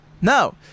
No